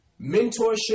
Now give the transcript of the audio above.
Mentorship